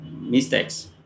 mistakes